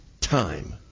time